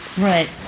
right